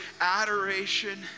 adoration